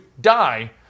die